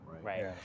Right